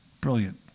Brilliant